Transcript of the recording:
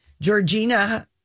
Georgina